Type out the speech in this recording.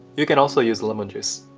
you can also use lemon juice.